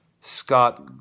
Scott